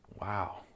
wow